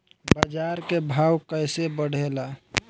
बाजार के भाव कैसे बढ़े ला?